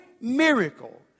miracle